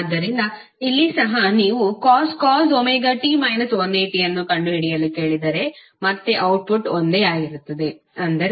ಆದ್ದರಿಂದ ಇಲ್ಲಿ ಸಹ ನೀವು cos ωt 180 ಅನ್ನು ಕಂಡುಹಿಡಿಯಲು ಕೇಳಿದರೆ ಮತ್ತೆ ಅವ್ಟ್ಟ್ಪುಟ್ ಒಂದೇ ಆಗಿರುತ್ತದೆ ಅಂದರೆ cos ωt